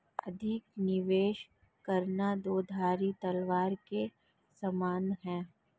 अधिक निवेश करना दो धारी तलवार के समान है